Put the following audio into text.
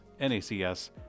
NACS